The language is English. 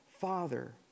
Father